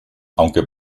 aunque